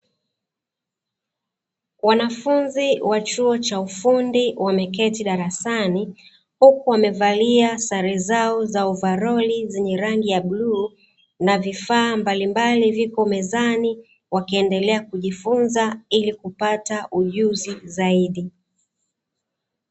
Wanafunzi wa chuo cha ufundi wameketi darasani, huku wamevalia sare zao za ovaroli zenye rangi ya bluu, na vifaa mbalimbali viko mezani wakiendelea kujifunza, ili kupata ujuzi zaidi